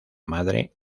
madre